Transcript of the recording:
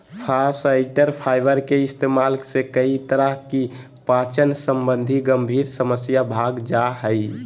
फास्इटर फाइबर के इस्तेमाल से कई तरह की पाचन संबंधी गंभीर समस्या भाग जा हइ